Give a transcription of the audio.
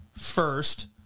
first